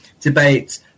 debates